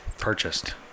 purchased